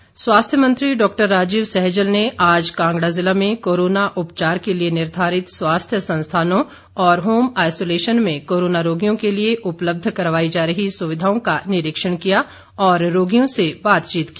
सैजल स्वास्थ्य मंत्री डॉक्टर राजीव सैजल ने आज कांगड़ा ज़िला में कोरोना उपचार के लिए निर्धारित स्वास्थ्य संस्थानों और होम आईसोलेशन में कोरोना रोगियों के लिए उपलब्ध करवाई जा रही सुविधाओं का निरीक्षण किया और रोगियों से बातचीत की